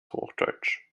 hochdeutsch